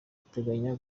bateganya